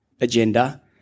agenda